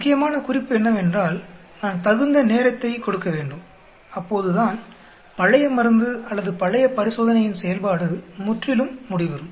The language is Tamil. முக்கியமான குறிப்பு என்னவென்றால் நான் தகுந்த நேரத்தைக் கொடுக்கவேண்டும் அப்போதுதான் பழைய மருந்து அல்லது பழைய பரிசோதனையின் செயல்பாடு முற்றிலும் முடிவுறும்